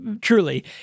truly